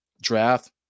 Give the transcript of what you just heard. draft